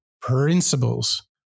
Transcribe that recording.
principles